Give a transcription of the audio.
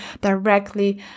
directly